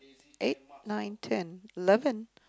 eight nine ten eleven